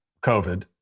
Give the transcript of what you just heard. COVID